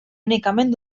únicament